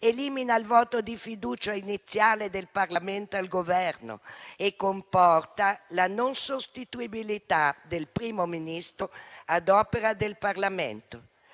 Elimina il voto di fiducia iniziale del Parlamento al Governo e comporta la non sostituibilità del Primo Ministro ad opera del Parlamento.